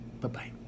Bye-bye